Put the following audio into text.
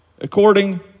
according